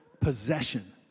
possession